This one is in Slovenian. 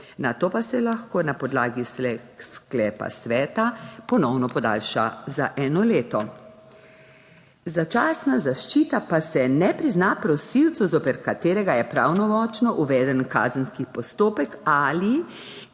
nato pa se lahko na podlagi sklepa sveta ponovno podaljša za eno leto. Začasna zaščita pa se ne prizna prosilcu, zoper katerega je pravnomočno uveden kazenski postopek ali